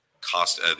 cost